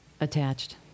Attached